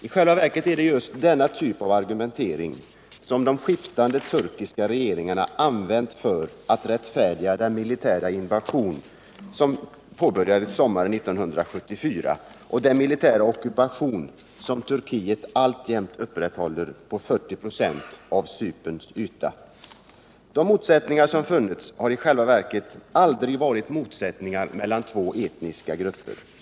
I själva verket är det just denna typ av argumentering som de skiftande turkiska regeringarna använt för att rättfärdiga den militära invasion som påbörjades sommaren 1974 och den militära ockupation som Turkiet alltjämt upprätthåller på 40 96 av Cyperns yta. De motsättningar som funnits har i själva verket aldrig varit motsättningar mellan två etniska grupper.